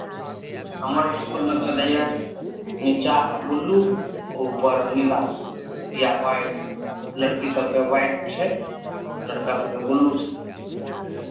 हमर इसकुलमे चलैए नीचाँ बुल्लू उपर नीला या वाइट लड़की सभके वाइट छै लड़का सभके बुल्लू छै